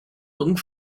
looking